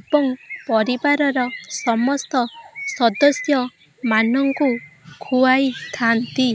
ଏବଂ ପରିବାରର ସମସ୍ତ ସଦସ୍ୟମାନଙ୍କୁ ଖୁଆଇ ଥାଆନ୍ତି